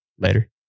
Later